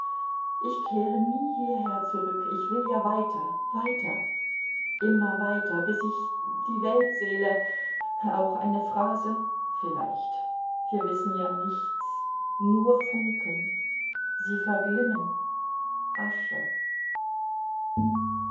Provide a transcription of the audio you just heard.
ich kehre nie hierher zurück ich will ja weiter weiter immer weiter bis ich die weltseele auch eine phrase vielleicht wir wissen ja nichts nur funken sie verglimmen asche